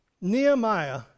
Nehemiah